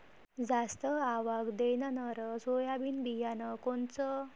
जास्त आवक देणनरं सोयाबीन बियानं कोनचं?